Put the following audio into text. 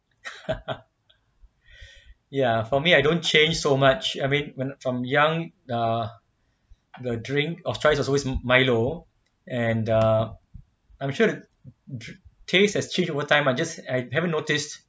ya for me I don't change so much I mean when from young ah the drink my choice has always been milo and err I'm sure the taste has change over time lah just I haven't noticed